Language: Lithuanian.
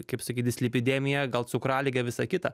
kaip sakyt dislipidemiją gal cukraligę visa kita